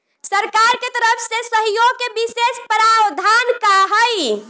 सरकार के तरफ से सहयोग के विशेष प्रावधान का हई?